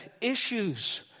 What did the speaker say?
issues